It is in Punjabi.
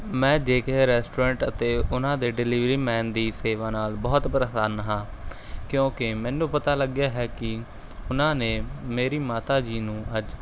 ਮੈਂ ਜੇ ਕੇ ਰੈਸਟਰੋਰੈਂਟ ਅਤੇ ਉਹਨਾਂ ਦੇ ਡਿਲੀਵਰੀਮੈਨ ਦੀ ਸੇਵਾ ਨਾਲ਼ ਬਹੁਤ ਪ੍ਰਸੰਨ ਹਾਂ ਕਿਉਂਕਿ ਮੈਨੂੰ ਪਤਾ ਲੱਗਿਆ ਹੈ ਕਿ ਉਹਨਾਂ ਨੇ ਮੇਰੀ ਮਾਤਾ ਜੀ ਨੂੰ ਅੱਜ